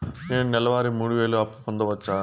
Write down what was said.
నేను నెల వారి మూడు వేలు అప్పు పొందవచ్చా?